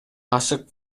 ашык